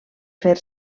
fer